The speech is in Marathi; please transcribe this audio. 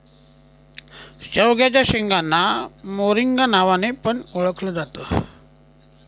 शेवग्याच्या शेंगांना मोरिंगा नावाने पण ओळखल जात